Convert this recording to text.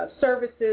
services